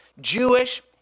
Jewish